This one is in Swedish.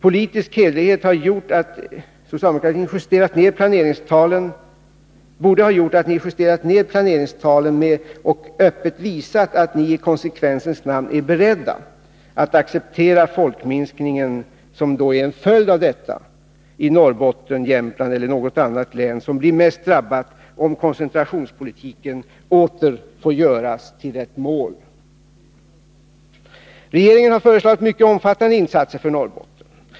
Politisk hederlighet borde ha gjort att ni justerat ned planeringstalen och öppet visat att ni i konsekvensens namn är beredda att acceptera följden av detta, dvs. en folkminskning i Norrbotten, Jämtland eller något annat län som blir mest drabbat, om koncentrationspolitiken åter får göras till ett mål. Regeringen har föreslagit mycket omfattande insatser för Norrbotten.